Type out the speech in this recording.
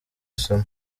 isomo